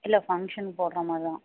இல்லை ஃபங்க்ஷன்க்கு போடுகிற மாதிரி தான்